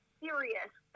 serious